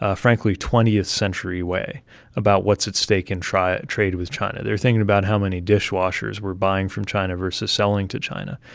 ah frankly, twentieth century way about what's at stake and in trade with china. they're thinking about how many dishwashers we're buying from china versus selling to china.